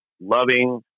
loving